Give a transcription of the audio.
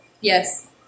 Yes